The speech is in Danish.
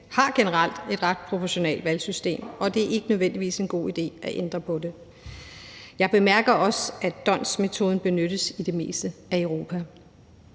har generelt et ret proportionalt valgsystem, og det er ikke nødvendigvis en god idé at ændre på det. Jeg bemærker også, at d'Hondts metode benyttes i det meste af Europa.